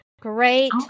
Great